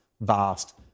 vast